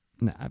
No